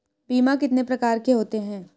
बीमा कितने प्रकार के होते हैं?